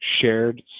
shared